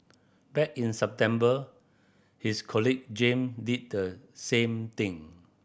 back in September his colleague Jame did the same thing